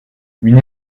une